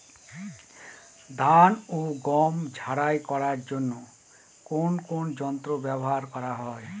ধান ও গম ঝারাই করার জন্য কোন কোন যন্ত্র ব্যাবহার করা হয়?